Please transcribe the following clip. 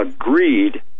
agreed